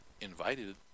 invited